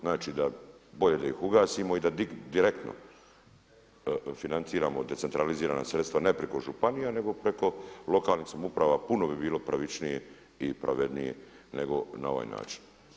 Znači bolje da ih ugasimo i da direktno financiramo decentralizirana sredstva ne preko županija nego preko lokalnih samouprava puno bi bilo pravičnije i pravednije nego na ovaj način.